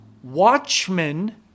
Watchmen